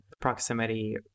proximity